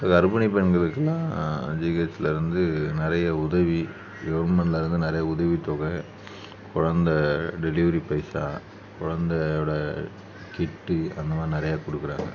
இப்போ கர்ப்பிணி பெண்களுக்கெலாம் ஜிஹெச்சில் வந்து நிறைய உதவி கவர்மெண்ட்டில் இருந்து நிறைய உதவி தொகை குழந்தை டெலிவரி பைசா குழந்தையோட கிட்டு அந்த மாதிரி நிறையா கொடுக்குறாங்க